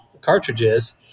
cartridges